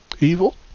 Evil